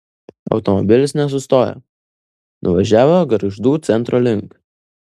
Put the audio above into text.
automobilis nesustojo nuvažiavo gargždų centro link